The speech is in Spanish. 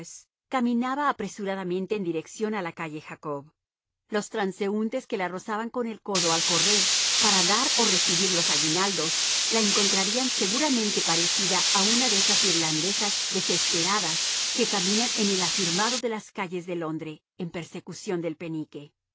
caminaba apresuradamente en dirección a la calle jacob los transeúntes que la rozaban con el codo al correr para dar o recibir los aguinaldos la encontrarían seguramente parecida a una de esas irlandesas desesperadas que patinan sobre el afirmado de las calles de londres en persecución del penique